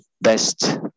best